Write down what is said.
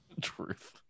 Truth